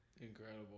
incredible